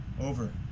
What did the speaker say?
Over